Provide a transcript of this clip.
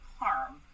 harm